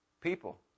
people